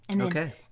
Okay